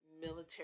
military